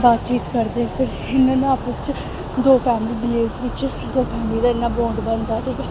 बातचीत करदे फिर इन्ना ना आपस च दो फैमली दी एज बिच्च दो फैमली दा इ'न्ना बांड बनदा ठीक ऐ